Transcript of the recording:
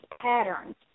patterns